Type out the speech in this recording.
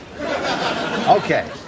okay